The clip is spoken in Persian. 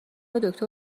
دکتر